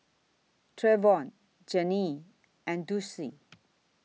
Treyvon Janie and Dulcie